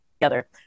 together